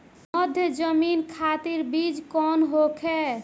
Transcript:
मध्य जमीन खातिर बीज कौन होखे?